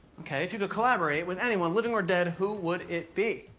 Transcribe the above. ok, if you could collaborate with anyone, living or dead, who would it be?